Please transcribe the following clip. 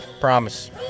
Promise